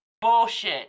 Bullshit